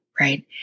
right